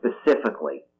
specifically